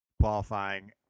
qualifying